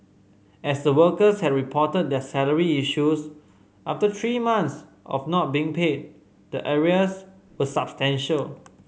as the workers had reported their salary issues after three months of not being paid the arrears were substantial